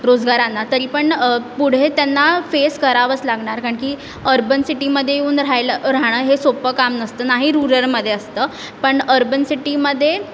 रोजगारांना तरीपण पुढे त्यांना फेस करावंच लागणार कारण की अर्बन सिटीमध्ये येऊन राहिलं राहणं हे सोपं काम नसतं नाही रुरलमध्ये असतं पण अर्बन सिटीमध्ये